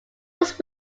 was